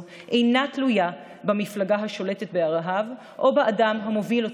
אינה תלויה במפלגה השולטת בארצות הברית או באדם המוביל אותה.